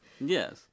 Yes